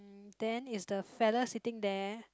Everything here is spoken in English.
then is the feather sitting there